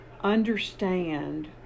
understand